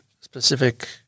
specific